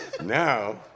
Now